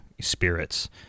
spirits